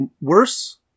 worse